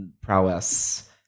prowess